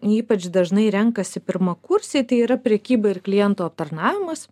ypač dažnai renkasi pirmakursiai tai yra prekyba ir klientų aptarnavimas